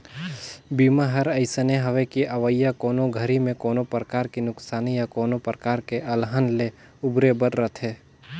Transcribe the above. बीमा हर अइसने हवे कि अवइया कोनो घरी मे कोनो परकार के नुकसानी या कोनो परकार के अलहन ले उबरे बर रथे